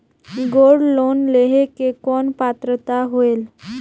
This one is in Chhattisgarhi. गोल्ड लोन लेहे के कौन पात्रता होएल?